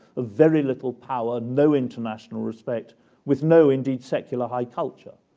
of very little power, no international respect with no indeed secular high culture,